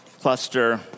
cluster